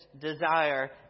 desire